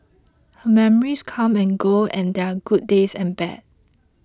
her memories come and go and there are good days and bad